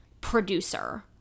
producer